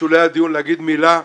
בשולי הדיון לומר מילה,